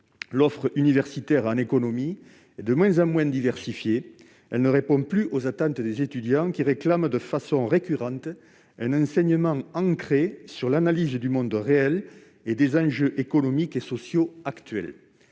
L'offre universitaire en économie est de moins en moins diversifiée. Elle ne répond plus aux attentes des étudiants, qui réclament de manière récurrente un enseignement ancré sur l'analyse du monde réel et des enjeux économiques et sociaux actuels.